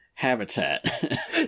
habitat